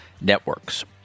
networks